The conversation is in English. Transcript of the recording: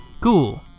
Cool